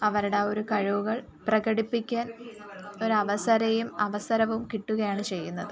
അവരുടെ ആ ഒരു കഴിവുകൾ പ്രകടിപ്പിക്കാൻ ഒരു അവസരെയും ഒരു അവസരവും കിട്ടുകയാണ് ചെയ്യുന്നത്